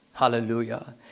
Hallelujah